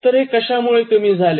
तर हे कश्यामुळे कमी झाले